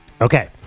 Okay